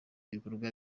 bikorwa